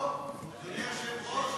אדוני היושב-ראש,